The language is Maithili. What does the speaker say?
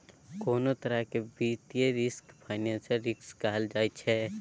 कोनों तरह केर वित्तीय रिस्क फाइनेंशियल रिस्क कहल जाइ छै